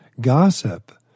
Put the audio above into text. gossip